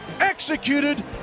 executed